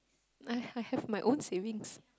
I I have my own savings